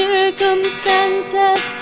Circumstances